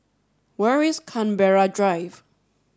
where is Canberra Drive